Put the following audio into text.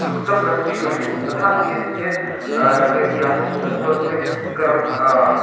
युक्तं न स्वीकुर्युः तथा क्रियते चेत् नगरीयाः श स्वस्य एकवारं